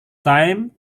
time